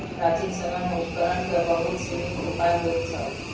प्राचीन समय में उपकरण के बहुत सीमित उपाय होइत छल